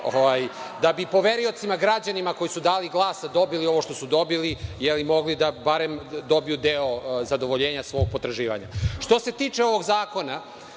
da bi poverioci, građani koji su dali glas i dobili ovo što su dobili mogli da dobiju bar deo zadovoljenja svog potraživanja. Što se tiče ovog zakona